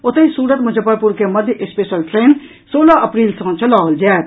ओतहि सूरत मुजफ्फरपुर के मध्य स्पेशल ट्रेन सोलह अप्रील सॅ चलाओल जायत